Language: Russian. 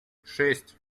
шесть